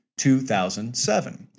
2007